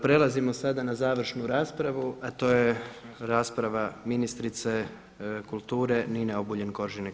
Prelazimo sada na završnu raspravu a to je rasprava ministrice kulture Nine Obuljen Koržinek.